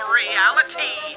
reality